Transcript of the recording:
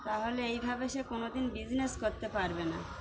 তাহলে এইভাবে সে কোনোদিন বিজনেস করতে পারবে না